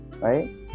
right